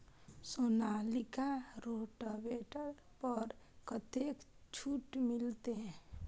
Sonalika rotavator पर कतेक छूट मिलते?